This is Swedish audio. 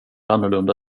annorlunda